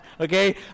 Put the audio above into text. okay